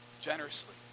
generously